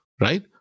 right